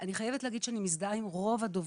אני מזדהה עם רוב הדוברים,